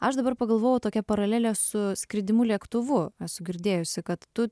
aš dabar pagalvojau tokia paralelė su skridimu lėktuvu esu girdėjusi kad tu